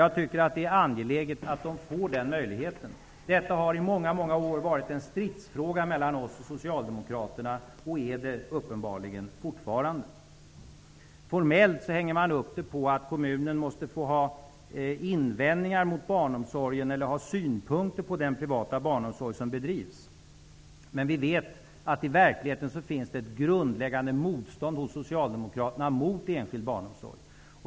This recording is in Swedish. Jag tycker att det är angeläget att de får den möjligheten. Detta har i många år varit en stridsfråga mellan oss och socialdemokraterna och är det uppenbarligen fortfarande. Formellt hänger man upp det på att kommunen måste få ha invändningar mot eller synpunkter på den privata barnomsorg som bedrivs, men vi vet att det i verkligheten finns ett grundläggande motstånd hos socialdemokraterna mot enskild barnomsorg.